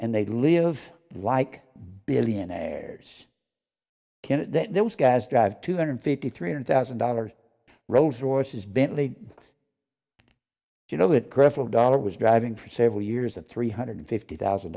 and they live like billionaires those guys drive two hundred fifty three hundred thousand dollars rolls royces bentley you know it creflo dollar was driving for several years a three hundred fifty thousand